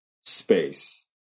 space